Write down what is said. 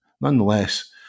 nonetheless